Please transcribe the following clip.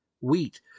wheat